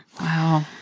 wow